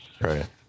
Right